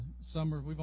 summer